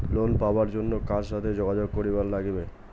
Loan পাবার জন্যে কার সাথে যোগাযোগ করিবার লাগবে?